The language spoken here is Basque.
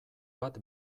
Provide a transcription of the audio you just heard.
bat